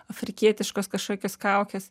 afrikietiškos kažkokias kaukės